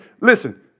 listen